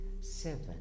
seven